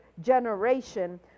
generation